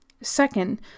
Second